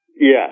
Yes